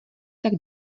tak